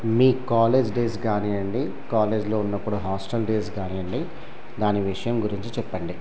మీ college days కానీయ్యండి కాలేజీలో ఉన్నప్పుడు హాస్టల్ డేస్ కానీయ్యండి దాని విషయం గురించి చెప్పండి